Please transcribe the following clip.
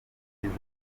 ugize